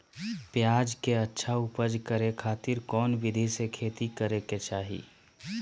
प्याज के अच्छा उपज करे खातिर कौन विधि से खेती करे के चाही?